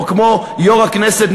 או כמו יו"ר הכנסת,